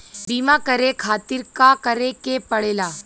बीमा करे खातिर का करे के पड़ेला?